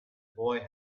boy